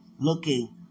Looking